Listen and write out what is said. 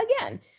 again